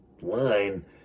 line